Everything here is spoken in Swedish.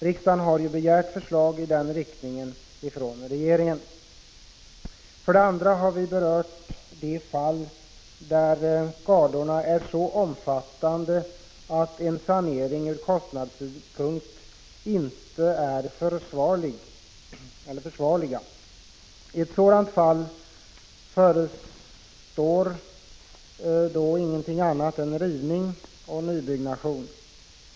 Riksdagen har ju begärt förslag i den riktningen från regeringen. För det andra gäller det de fall där skadorna är så omfattande att sanering ur kostnadssynpunkt inte är försvarlig. I sådana fall förestår ingenting annat än rivning och nybyggnation.